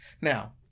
Now